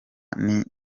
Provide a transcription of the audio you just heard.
n’ingendo